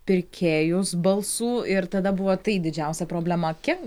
pirkėjus balsų ir tada buvo tai didžiausia problema kiek